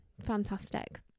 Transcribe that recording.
Fantastic